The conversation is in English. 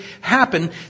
happen